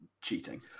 cheating